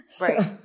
Right